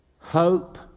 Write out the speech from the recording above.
hope